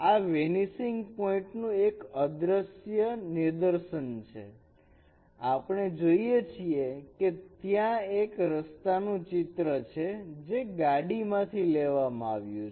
આ vanishing point પોઇન્ટનું એક દ્રશ્ય નિદર્શન છે આપણે જોઈ શકીએ છીએ કે ત્યાં એક રસ્તા નું ચિત્ર છે જે ગાડી માંથી લેવામાં આવ્યું છે